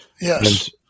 Yes